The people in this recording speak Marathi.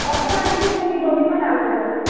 ऑटोमॅटिक सेमी दोन्ही पण ॲवेलेबल आहेत